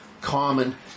common